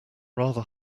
rather